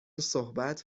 صحبت